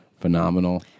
phenomenal